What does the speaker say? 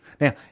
Now